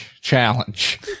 challenge